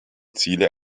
ziele